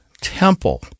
temple